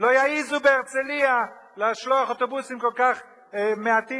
לא יעזו בהרצלייה לשלוח אוטובוסים כל כך מעטים,